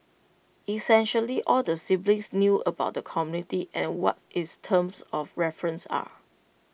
essentially all the siblings knew about the committee and what its terms of reference are